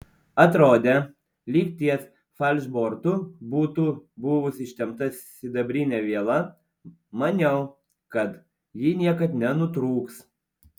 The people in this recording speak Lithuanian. atrodė lyg ties falšbortu būtų buvus ištempta sidabrinė viela maniau kad ji niekad nenutrūks